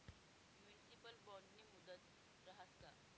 Municipal बॉन्डनी मुदत रहास का?